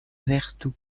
vertou